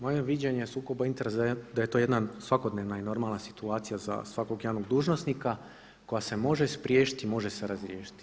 Moje viđenje sukoba interesa da je to jedna svakodnevna i normalna situacija za svakog javnog dužnosnika koja se može spriječiti i može se razriješiti.